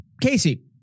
Casey